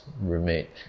roommate